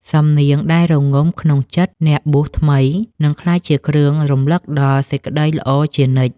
សំនៀងដែលរងំក្នុងចិត្តអ្នកបួសថ្មី នឹងក្លាយជាគ្រឿងរំលឹកដល់សេចក្ដីល្អជានិច្ច។